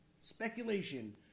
speculation